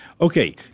Okay